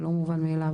זה לא מובן מאליו.